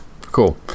Cool